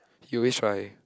he always try